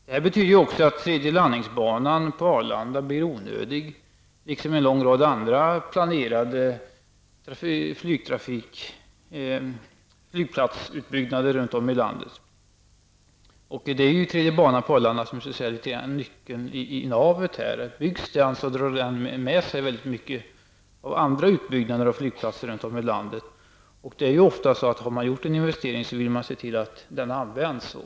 Det betyder också att den tredje landningsbanan på Arlanda blir onödig, likaså en lång rad andra planerade flygplatsutbyggnader runt om i landet. Det är den tredje landningsbanan på Arlanda som så att säga är nyckeln i navet. Byggs den, drar det med sig väldigt många andra utbyggnader av flygplatser i landet. Det är ofta så att har man gjort en investering så vill man se till att den används.